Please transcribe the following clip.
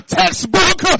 textbook